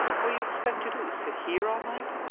what you expect to do? sit here all night?